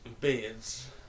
Beards